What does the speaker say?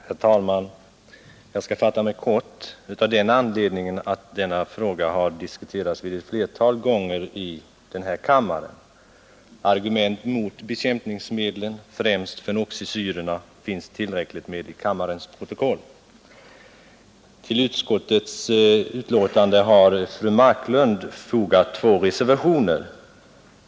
Herr talman! Jag skall fatta mig kort av den anledningen att denna fråga har diskuterats ett flertal gånger i kammaren. Argument mot bekämpningsmedel — främst fenoxisyror — finns det tillräckligt av i kammarens protokoll. Till utskottets betänkande har fru Marklund fogat två reservationer.